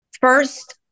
First